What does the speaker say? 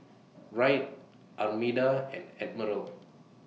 Wright Armida and Admiral